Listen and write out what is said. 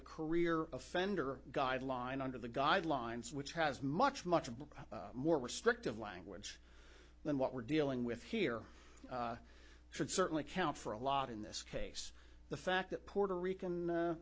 the career offender guideline under the guidelines which has much much of more restrictive language than what we're dealing with here should certainly count for a lot in this case the fact that puerto rican